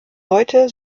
heute